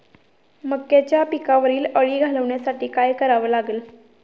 मक्याच्या पिकावरील अळी घालवण्यासाठी काय करावे लागेल?